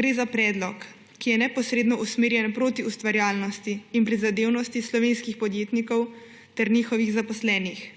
Gre za predlog, ki je neposredno usmerjen proti ustvarjalnosti in prizadevnosti slovenskih podjetnikov ter njihovih zaposlenih.